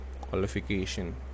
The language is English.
qualification